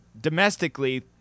domestically